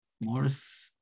Morris